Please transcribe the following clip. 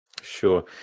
Sure